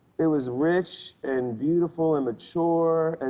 it was rich and beautiful and mature, and